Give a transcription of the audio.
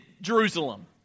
Jerusalem